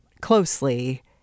closely